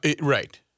Right